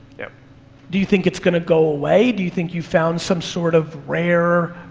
yeah do you think it's gonna go away, do you think you found some sort of rare,